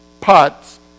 putts